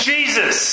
Jesus